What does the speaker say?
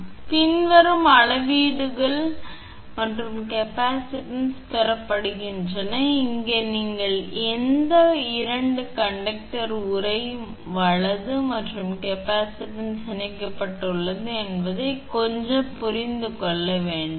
எனவே பின்வரும் அளவீடுகளால் மற்றும் கேப்பாசிட்டன்ஸ்கள் பெறப்படுகின்றன இங்கே நீங்கள் எந்த 2 கண்டக்டர்கள் உறை வலது மற்றும் கேப்பாசிட்டன்ஸ் இணைக்கப்பட்டுள்ளது என்பதை கொஞ்சம் புரிந்து கொள்ள வேண்டும்